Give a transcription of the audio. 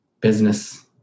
business